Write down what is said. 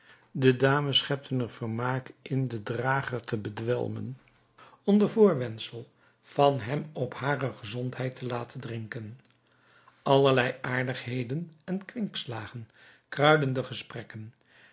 de dames schepten er vermaak in den drager te bedwelmen onder voorwendsel van hem op hare gezondheid te laten drinken allerlei aardigheden en kwinkslagen kruidden de gesprekken